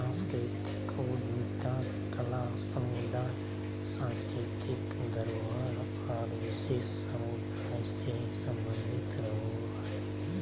सांस्कृतिक उद्यमिता कला समुदाय, सांस्कृतिक धरोहर आर विशेष समुदाय से सम्बंधित रहो हय